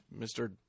Mr